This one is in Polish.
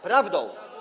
Prawdą.